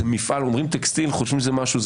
זה מפעל אומרים טקסטיל חושבים שזה משהו,